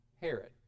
Herod